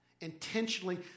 Intentionally